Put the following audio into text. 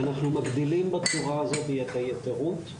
אנחנו מגדילים בצורה הזאת את היתרות.